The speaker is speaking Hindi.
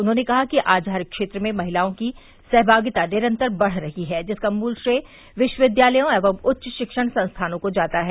उन्होंने कहा कि आज हर क्षेत्र में महिलाओं की सहमागिता निरन्तर बढ़ रही है जिसका मूल श्रेय विश्वविद्यालयों एवं उच्च शिष्ठण संस्थाओं को जाता है